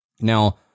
Now